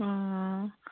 ꯎꯝ